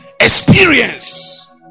experience